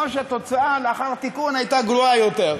או שהתוצאה לאחר התיקון הייתה גרועה יותר.